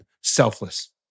Selfless